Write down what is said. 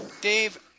Dave